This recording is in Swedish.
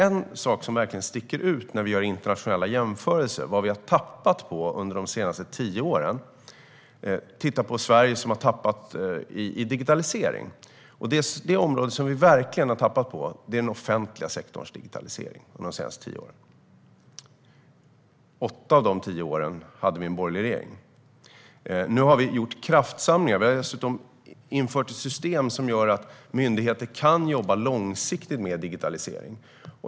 En sak som verkligen sticker ut vid internationella jämförelser, där Sverige har tappat under de senaste tio åren, är digitaliseringen av den offentliga sektorn. Åtta av de tio åren var det en borgerlig regering. Nu har vi gjort en kraftsamling. Regeringen har infört ett system som gör att myndigheter kan jobba långsiktigt med digitalisering.